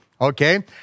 Okay